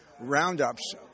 roundups